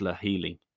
healing